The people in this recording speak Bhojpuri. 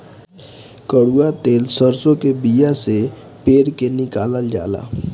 कड़ुआ तेल सरसों के बिया से पेर के निकालल जाला